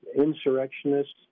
insurrectionists